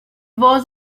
was